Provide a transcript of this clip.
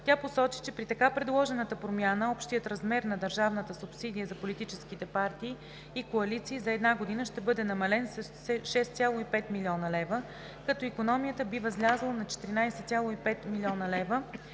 Тя посочи, че при така предложената промяна общият размер на държавната субсидия за политическите партии и коалиции за една година ще бъде намален с 6,5 млн. лв., като икономията би възлязла на 14,5 млн. лв.,